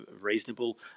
reasonable